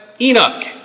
Enoch